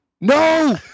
no